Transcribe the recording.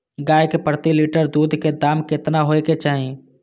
गाय के प्रति लीटर दूध के दाम केतना होय के चाही?